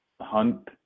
hunt